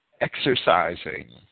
exercising